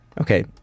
Okay